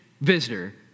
visitor